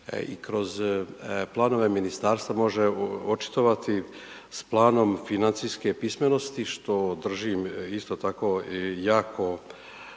i kroz planove ministarstva može očitovati s planom financijske pismenosti, što držim isto tako i jako,